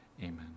amen